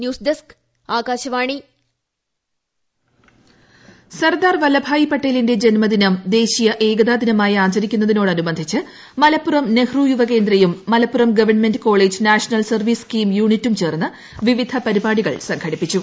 ട്ടടട സർദാർ ഏകതാ ദിനം സർദാർ വല്ലഭായ് പട്ടേലിന്റെ ്ജന്മദിനം ദേശീയ ഏകതാ ദിനമായി ആചരിക്കുന്നതിനോടനുബിസ്പിച്ചു മലപ്പുറം നെഹ്റു യുവ കേന്ദ്രയും മലപ്പുറം തുപ്പൺമെന്റ് കോളജ് നാഷണൽ സർവീസ് സ്കീം യൂണിറ്റും ചേർന്ന് വിവിധ പരിപാടികൾ സംഘടിപ്പിച്ചു